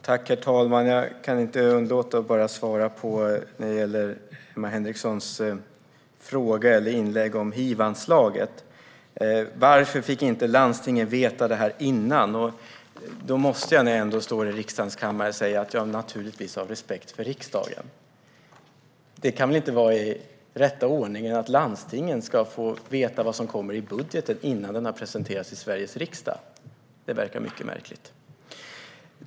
Herr talman! Jag kan inte låta bli att bemöta Emma Henrikssons inlägg om hivanslaget. Varför fick inte landstingen veta det här innan? När jag står i riksdagens kammare måste jag säga: Det är naturligtvis av respekt för riksdagen. Det kan väl inte vara den rätta ordningen att landstingen ska få veta vad som kommer i budgeten innan den har presenterats i Sveriges riksdag? Det verkar mycket märkligt.